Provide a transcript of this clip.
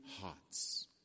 hearts